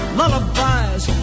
lullabies